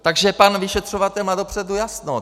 Takže pan vyšetřovatel má dopředu jasno.